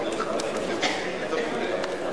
התשע"א 2011,